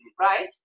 right